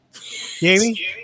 Jamie